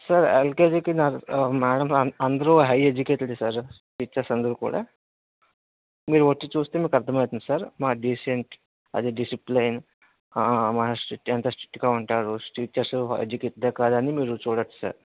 sir LKG కి madam అందరు high educated ఏ సార్ టీచర్స్ అందరు కూడా మీరు వచ్చి చూస్తే మీకు అర్ధం అవుతుంది సార్ మా డీసెంట్ అదే డిసిప్లైన్ ఎంత స్ట్రిట్ గా ఉంటారో టీచర్స్ ఎడ్యుకేటెడ్ ఆ కాదా అని మీరు చూడచ్చు సార్